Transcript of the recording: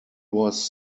was